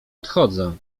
odchodzę